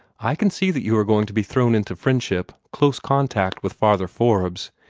i can see that you are going to be thrown into friendship, close contact, with father forbes.